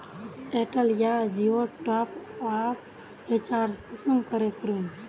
Airtel या जियोर top आप रिचार्ज कुंसम करे करूम?